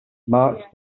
march